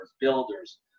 builders